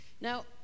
now